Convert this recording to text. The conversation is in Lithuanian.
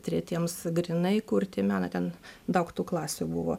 tretiems grynai kurti meną ten daug tų klasių buvo